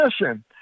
listen